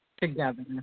together